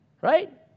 right